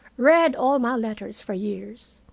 read all my letters for years.